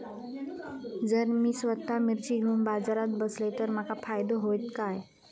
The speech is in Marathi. जर मी स्वतः मिर्ची घेवून बाजारात बसलय तर माका फायदो होयत काय?